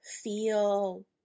feel